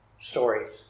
stories